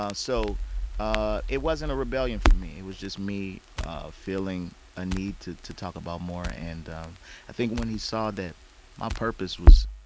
ah so ah it wasn't a rebellion for me. it was just me ah feeling a need to to talk about more. and um i think when he saw that my purpose was,